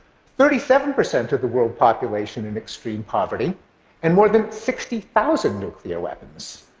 thirty seven percent of the world population in extreme poverty and more than sixty thousand nuclear weapons.